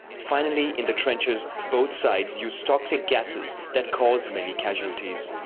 finally, in the trenches, both sides use toxic gases that cause many casualties.